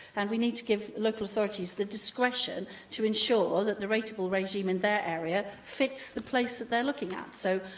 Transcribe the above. and we need to give local authorities the discretion to ensure that the rateable regime in their area fits the place that they're looking at. so,